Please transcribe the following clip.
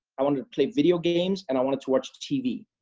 i wanted to play video games, and i wanted to watch tv.